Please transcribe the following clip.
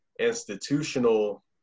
institutional